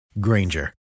Granger